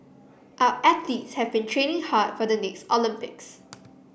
our athletes have been training hard for the next Olympics